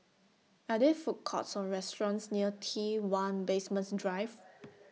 Are There Food Courts Or restaurants near T one Basement Drive